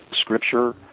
scripture